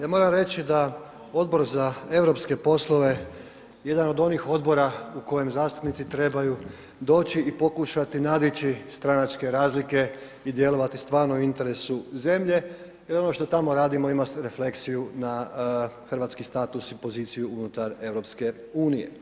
Ja moram reći da Odbor za europske poslove je jedan od onih odbora u kojem zastupnici trebaju doći i pokušati nadići stranačke razlike i djelovati stvarno u interesu zemlje i ono što tamo radimo ima refleksiju na hrvatski status i poziciju unutar EU.